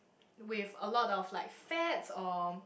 with a lot of like fats or